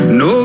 no